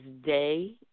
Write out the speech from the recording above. day